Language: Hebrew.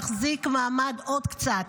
תחזיק מעמד עוד קצת.